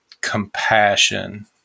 compassion